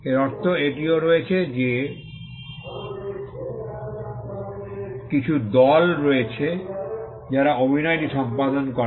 এর অর্থ এটিও রয়েছে যে কিছু দল রয়েছে যারা অভিনয়টি সম্পাদন করে